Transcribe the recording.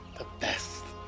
the best.